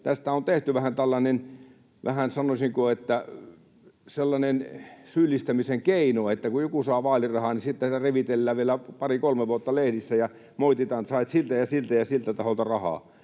sellainen syyllistämisen keino, että kun joku saa vaalirahaa, niin sitten sitä revitellään vielä pari kolme vuotta lehdissä ja moititaan, että sait siltä ja siltä ja siltä taholta rahaa.